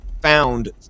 found